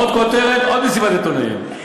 עוד כותרת, עוד מסיבת עיתונאים.